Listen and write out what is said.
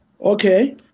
Okay